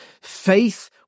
faith